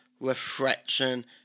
Reflection